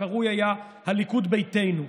שהיה קרוי הליכוד ביתנו.